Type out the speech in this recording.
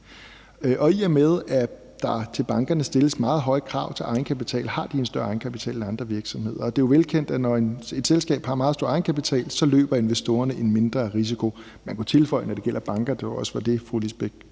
Og i og med at der til bankerne stilles meget høje krav til egenkapital, har de en større egenkapital end andre virksomheder, og det er jo velkendt, at når et selskab har en meget stor egenkapital, løber investorerne en mindre risiko. Man kunne tilføje, at når det gælder banker – og det var jo også det, fru Lisbeth